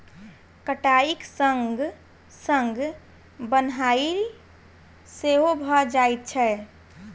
कटाइक संग संग बन्हाइ सेहो भ जाइत छै